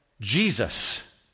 Jesus